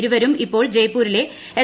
ഇരുവരും ഇപ്പോൾ ജയ്പ്പൂരിലെ എസ്